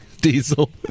Diesel